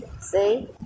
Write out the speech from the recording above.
See